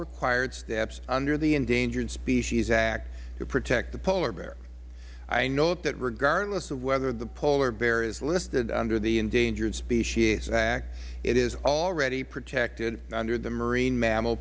required steps under the endangered species act to protect the polar bear i note that regardless of whether the polar bear is listed under the endangered species act it is already protected under the marine mammal